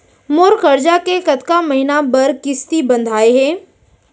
मोर करजा के कतका महीना बर किस्ती बंधाये हे?